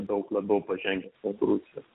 daug labiau pažengęs už rusijos